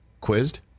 quizzed